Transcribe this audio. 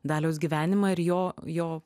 daliaus gyvenimą ir jo jo